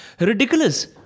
Ridiculous